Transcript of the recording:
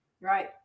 Right